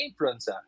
influencer